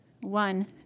One